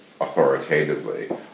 authoritatively